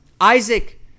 Isaac